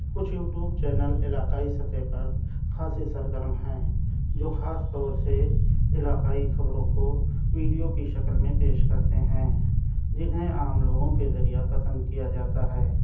کچھ YouTube channel علاقائی سطح پر خاصی سرگرم ہیں جو خاص طور سے علاقائی خبروں کو ویڈیو کی شکل میں پیش کرتے ہیں جنہیں عام لوگوں کے ذریعہ پسند کیا جاتا ہے